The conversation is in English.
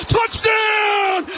Touchdown